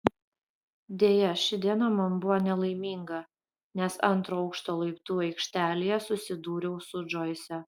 deja ši diena man buvo nelaiminga nes antro aukšto laiptų aikštelėje susidūriau su džoise